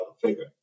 figure